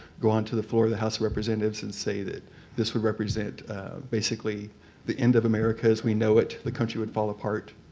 go onto the floor of the house of representatives and say that this would represent basically the end of america as we know it. the country would fall apart.